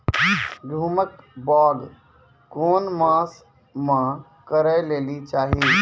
गेहूँमक बौग कून मांस मअ करै लेली चाही?